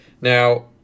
Now